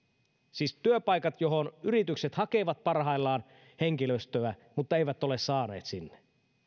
siis työpaikat joihin yritykset hakevat parhaillaan henkilöstöä mutta eivät ole saaneet